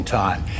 time